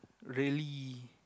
really